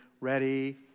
Ready